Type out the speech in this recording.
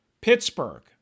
Pittsburgh